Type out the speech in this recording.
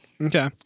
Okay